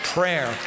Prayer